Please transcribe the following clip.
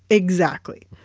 exactly.